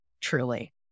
Truly